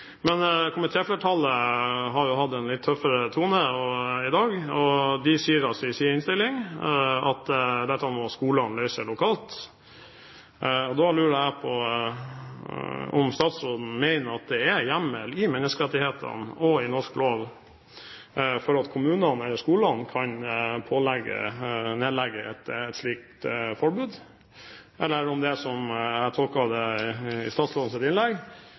men dog ukjent antall, som ikke gjør det. Da er det sånn at komitéflertallet – jeg synes at statsråden holdt et reflektert og godt innlegg selv om hun konkluderte feil, eller annerledes enn jeg gjør – har hatt en litt tøffere tone i dag, og de sier i sin innstilling at dette må skolene løse lokalt. Da lurer jeg på om statsråden mener at det er hjemmel i menneskerettighetene og i norsk lov for at kommunene